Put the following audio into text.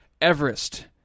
Everest